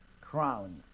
crown